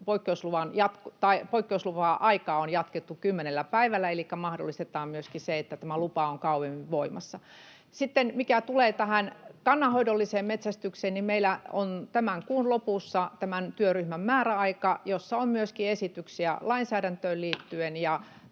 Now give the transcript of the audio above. poikkeuslupa-aikaa jatkettu kymmenellä päivällä, elikkä mahdollistetaan myöskin se, että lupa on kauemmin voimassa. Sitten mitä tulee kannanhoidolliseen metsästykseen, niin meillä on tämän kuun lopussa tämän työryhmän määräaika, jossa on myöskin esityksiä lainsäädäntöön liittyen,